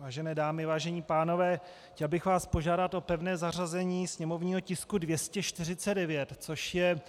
Vážené dámy, vážení pánové, chtěl bych vás požádat o pevné zařazení sněmovního tisku 249, což je